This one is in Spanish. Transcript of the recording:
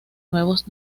nuevos